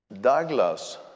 Douglas